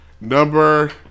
Number